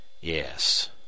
yes